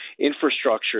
infrastructure